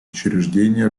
учреждений